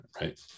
right